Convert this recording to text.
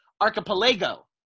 archipelago